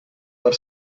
per